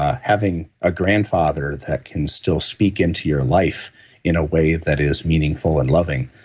ah having a grandfather that can still speak into your life in a way that is meaningful and loving,